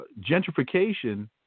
gentrification